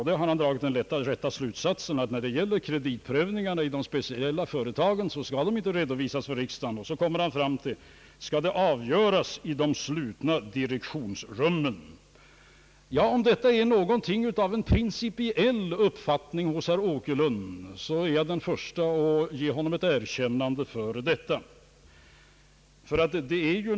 Ja, där har han dragit en riktig slutsats, ty när det gäller kreditprövningarna i de speciella företagen, så skall de inte redovisas för riksdagen. Han frågar vidare om avgörandena skall ske »i de slutna direktionsrummen». Om detta är en principiell uppfattning hos herr Åkerlund, är jag den förste att ge honom ett erkännande.